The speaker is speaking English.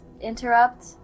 interrupt